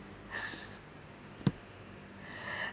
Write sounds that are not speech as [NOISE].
[LAUGHS]